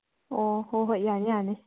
ꯑꯣ ꯍꯣꯏ ꯍꯣꯏ ꯌꯥꯅꯤ ꯌꯥꯅꯤ